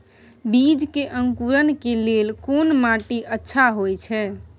बीज के अंकुरण के लेल कोन माटी अच्छा होय छै?